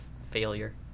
failure